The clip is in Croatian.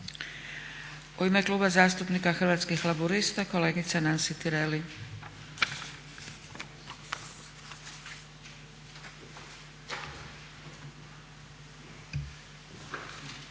U ime Kluba zastupnika Hrvatskih laburista kolegica Nansi Tireli.